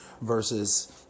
Versus